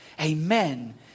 amen